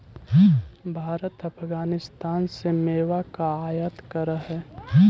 भारत अफगानिस्तान से मेवा का आयात करअ हई